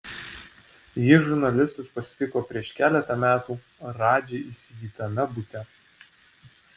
ji žurnalistus pasitiko prieš keletą metų radži įsigytame bute